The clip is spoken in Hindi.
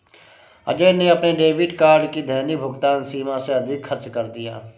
अजय ने अपने डेबिट कार्ड की दैनिक भुगतान सीमा से अधिक खर्च कर दिया